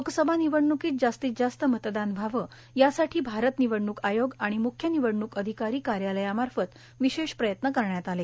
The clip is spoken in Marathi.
लोकसभा निवडणुकीत जास्तीत जास्त मतदान व्हावेए यासाठी भारत निवडणूक आयोग आणि म्ख्य निवडणूक अधिकारी कार्यालयाच्यामार्फत विशेष प्रयत्न करण्यात आले